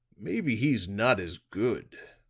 maybe he's not as good.